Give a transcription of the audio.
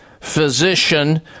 physician